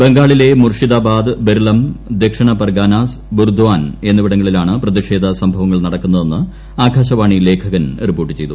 ബംഗാളിലെ മുർഷിദാബാദ് ബിർളം ദക്ഷിണപർഗനാസ് ബുർദ്വാൻ എന്നിവിടങ്ങളിലാണ് പ്രതിഷേധ സംഭവങ്ങൾ നടക്കുന്നതെന്ന് ആകാശവാണി ലേഖകൻ റിപ്പോർട്ട് ചെയ്തു